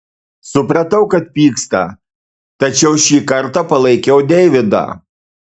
supratau kad pyksta tačiau šį kartą palaikiau deividą